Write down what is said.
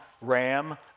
Ram